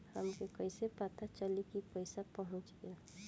हमके कईसे पता चली कि पैसा पहुच गेल?